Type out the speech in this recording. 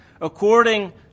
according